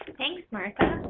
thanks, martha.